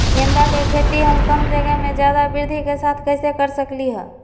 गेंदा के खेती हम कम जगह में ज्यादा वृद्धि के साथ कैसे कर सकली ह?